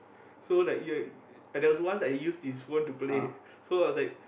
so like you're there was once I use his phone to play so I was like